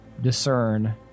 discern